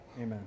amen